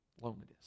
loneliness